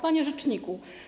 Panie Rzeczniku!